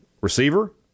receiver